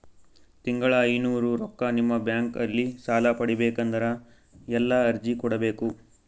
ತಿಂಗಳ ಐನೂರು ರೊಕ್ಕ ನಿಮ್ಮ ಬ್ಯಾಂಕ್ ಅಲ್ಲಿ ಸಾಲ ಪಡಿಬೇಕಂದರ ಎಲ್ಲ ಅರ್ಜಿ ಕೊಡಬೇಕು?